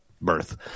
birth